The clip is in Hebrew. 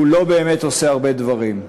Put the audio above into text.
הוא לא באמת עושה הרבה דברים.